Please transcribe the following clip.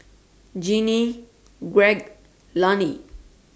Ginny Greg Lani